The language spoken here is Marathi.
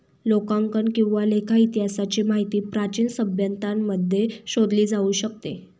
लेखांकन किंवा लेखा इतिहासाची माहिती प्राचीन सभ्यतांमध्ये शोधली जाऊ शकते